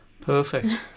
Perfect